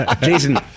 Jason